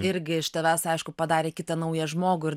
irgi iš tavęs aišku padarė kitą naują žmogų ir